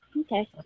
Okay